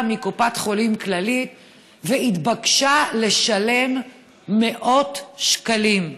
מקופת חולים כללית והתבקשה לשלם מאות שקלים.